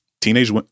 Teenage